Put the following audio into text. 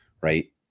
right